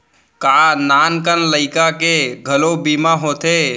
का नान कन लइका के घलो बीमा होथे?